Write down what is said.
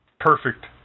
Perfect